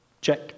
Check